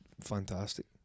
fantastic